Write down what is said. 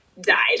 died